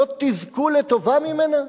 לא תזכו לטובה ממנה?